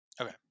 Okay